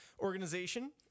organization